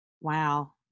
Wow